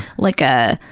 like a,